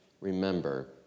remember